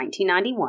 1991